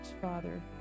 father